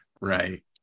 right